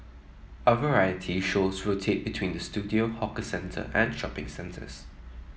our variety shows rotate between the studio hawker centre and shopping centres